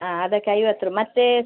ಹಾಂ ಅದಕ್ಕೆ ಐವತ್ತು ಮತ್ತು